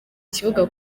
kibuga